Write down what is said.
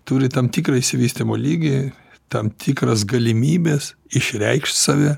turi tam tikrą išsivystymo lygį tam tikras galimybes išreikšt save